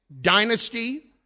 dynasty